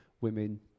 women